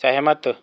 ਸਹਿਮਤ